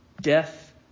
death